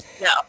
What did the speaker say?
No